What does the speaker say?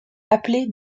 appeler